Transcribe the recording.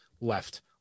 left